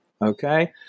Okay